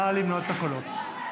נא למנות את הקולות.